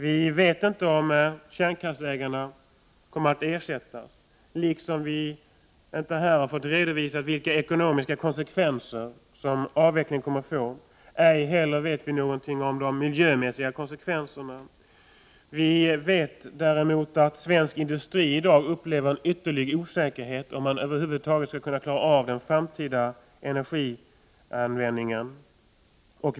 Vi vet inte om kärnkraftsägarna kommer att ersättas, och vi har inte fått redovisat vilka ekonomiska konsekvenser avvecklingen kommer att få. Ej heller vet vi någonting om de miljömässiga konsekvenserna. Däremot vet vi att svensk industri i dag upplever en ytterlig osäkerhet — om man över huvud taget skall kunna klara av den framtida energianvändningen.